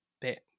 bit